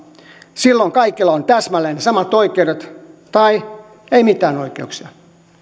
silloin kaikilla on täsmälleen ne samat oikeudet tai ei mitään oikeuksia